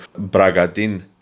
Bragadin